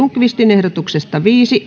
ehdotuksesta viisi